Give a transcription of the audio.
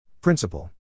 Principle